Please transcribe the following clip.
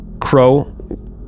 Crow